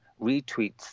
retweets